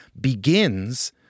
begins